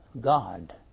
God